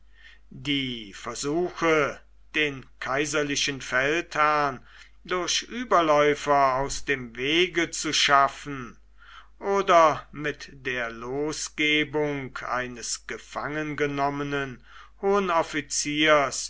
die versuche den kaiserlichen feldherrn durch überläufer aus dem wege zu schaffen oder mit der losgebung eines